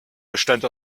bestand